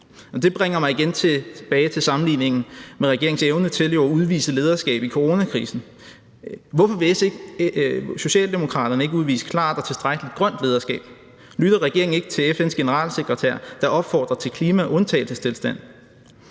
Det bringer mig igen tilbage til sammenligningen med regeringens evne til at udvise lederskab i coronakrisen. Hvorfor vil Socialdemokraterne ikke udvise klart og tilstrækkeligt grønt lederskab? Lytter regeringen ikke til FN's generalsekretær, der opfordrer til klimaundtagelsestilstand?